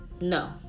No